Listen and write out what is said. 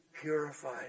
purified